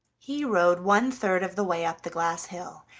he rode one-third of the way up the glass hill,